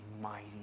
Mighty